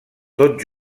tot